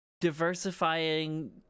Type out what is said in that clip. diversifying